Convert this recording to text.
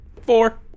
Four